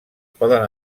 poden